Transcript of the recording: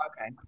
Okay